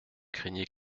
craignez